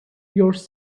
yours